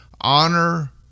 honor